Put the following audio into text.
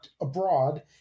abroad